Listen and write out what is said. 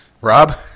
Rob